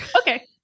okay